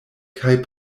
kaj